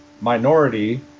minority